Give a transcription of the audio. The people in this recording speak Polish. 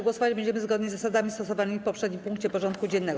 Głosować będziemy zgodnie z zasadami stosowanymi w poprzednim punkcie porządku dziennego.